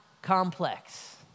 Complex